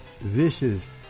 Vicious